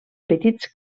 petits